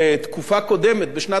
בשנת 2005 וב-2006,